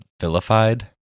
vilified